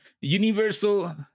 Universal